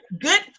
Good